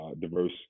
diverse